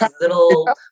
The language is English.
little